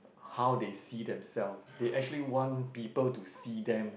how they see themselves they actually want people to see them